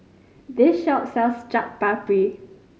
this shop sells Chaat Papri